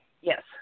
Yes